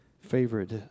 favorite